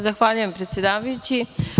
Zahvaljujem predsedavajući.